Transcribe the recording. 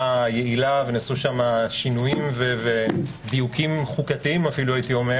יעילה ונעשו שם שינויים ודיונים חוקתיים אפילו הייתי אומר